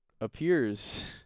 appears